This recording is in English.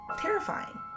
terrifying